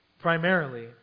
primarily